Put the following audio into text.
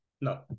No